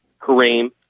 Kareem